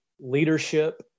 leadership